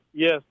yes